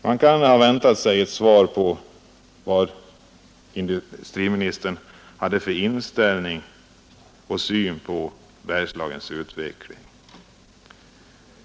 Man kunde ha väntat sig ett besked om vad industriministern hade för inställning till och syn på Bergslagens utveckling.